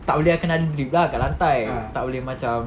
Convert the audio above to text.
tak boleh kena ada drip lah kat lantai tak boleh macam